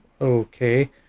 okay